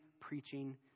preaching